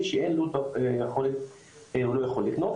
מי שאין לו את היכולת לא יכול לקנות.